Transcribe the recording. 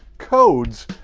codes,